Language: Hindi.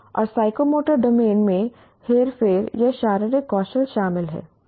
और साइकोमोटर डोमेन में हेरफेर या शारीरिक कौशल शामिल है